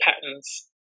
patterns